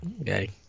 Okay